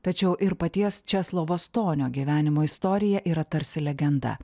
tačiau ir paties česlovo stonio gyvenimo istorija yra tarsi legenda